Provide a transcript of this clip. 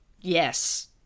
Yes